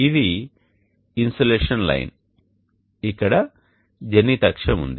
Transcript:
ఇది insolation line ఇక్కడ zenith అక్షం ఉంది